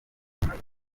amazu